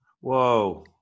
Whoa